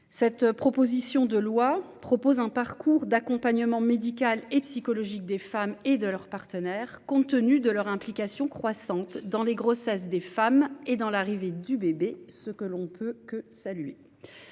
Cette proposition de loi prévoit un parcours d'accompagnement médical et psychologique des femmes et de leur partenaire, compte tenu de l'implication croissante de ces derniers dans la grossesse des femmes et dans l'arrivée du bébé, ce que l'on ne peut que saluer.